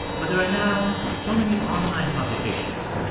but there are now so many online publications.